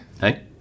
Hey